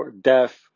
death